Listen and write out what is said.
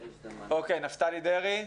אוקיי, נפתלי דרעי,